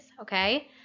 okay